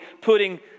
putting